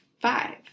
five